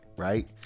right